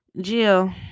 Jill